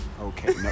Okay